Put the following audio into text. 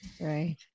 Right